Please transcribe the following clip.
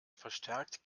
verstärkt